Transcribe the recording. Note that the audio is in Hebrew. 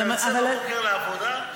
אתה יוצא בבוקר לעבודה,